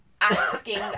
asking